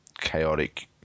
Chaotic